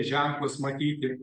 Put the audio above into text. ženklus matyti